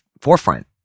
forefront